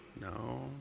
No